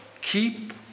keep